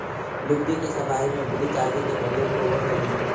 लुगदी के सफाई में ब्लीच आदि के प्रयोग होवऽ हई